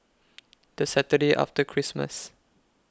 The Saturday after Christmas